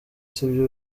sibyo